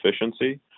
efficiency